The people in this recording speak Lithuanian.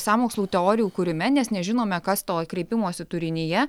sąmokslų teorijų kūrime nes nežinome kas to kreipimosi turinyje